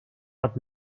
but